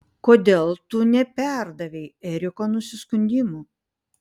kodėl tu neperdavei eriko nusiskundimų